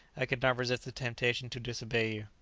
i could not resist the temptation to disobey